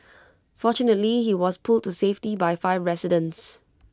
fortunately he was pulled to safety by five residents